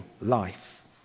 life